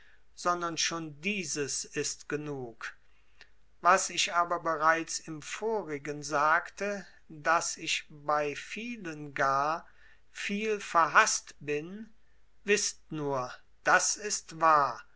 sondern schon dieses ist genug was ich aber bereits im vorigen sagte daß ich bei vielen gar viel verhaßt bin wißt nur das ist wahr